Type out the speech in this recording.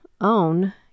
own